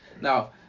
now